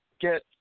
get